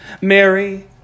Mary